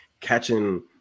catching